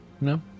No